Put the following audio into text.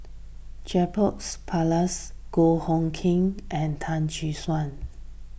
Jacob Ballas Goh Hood Keng and Tan Gek Suan